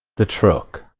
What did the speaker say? the truck